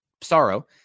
sorrow